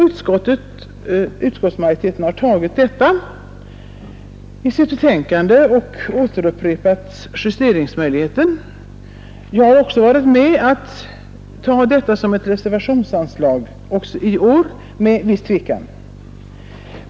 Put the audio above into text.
| Utskottsmajoriteten har godtagit det och upprepat vad man sade förra I året om justeringsmöjligheter. Jag har varit med om detta även i år, med viss tvekan.